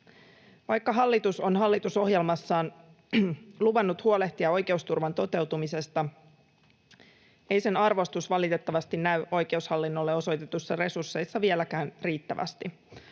Vaikka hallitus on hallitusohjelmassaan luvannut huolehtia oikeusturvan toteutumisesta, ei sen arvostus valitettavasti näy oikeushallinnolle osoitetuissa resursseissa vieläkään riittävästi.